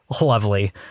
lovely